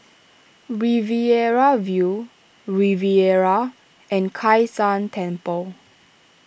Riverina View Riviera and Kai San Temple